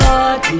Lord